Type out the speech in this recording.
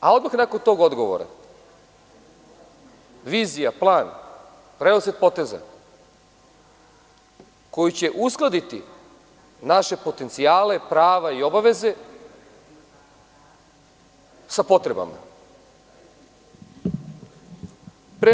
a odmah nakon tog odgovora vizija, plan, redosled poteza koji će uskladiti naše potencijale, prava i obaveze sa potrebama.